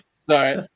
Sorry